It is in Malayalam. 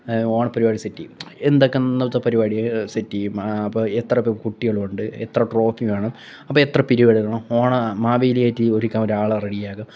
ഓണപ്പരിപാടി സെറ്റ് ചെയ്യും എന്തൊക്കെ ഇന്നത്തെ പരിപാടി സെറ്റ് ചെയ്യും അപ്പോൾ എത്ര കുട്ടികളുണ്ട് എത്ര ട്രോഫി വേണം അപ്പോൾ എത്ര പിരിവെടുക്കണം ഓണ മാവേലിയായിട്ട് ഒരുക്കാൻ ഒരാളെ റെഡിയാക്കണം